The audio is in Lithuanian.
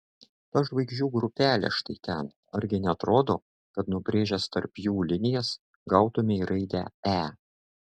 ta žvaigždžių grupelė štai ten argi neatrodo kad nubrėžęs tarp jų linijas gautumei raidę e